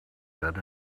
said